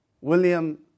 William